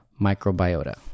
microbiota